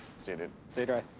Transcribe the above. see you, dude. stay dry.